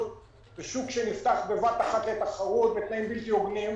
בשוק שנפתח בבת אחת לתחרות בתנאים בלתי הוגנים,